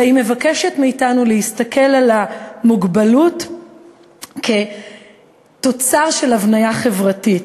אלא היא מבקשת מאתנו להסתכל על המוגבלות כתוצר של הבניה חברתית,